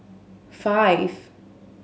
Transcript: five